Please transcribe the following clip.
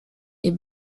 est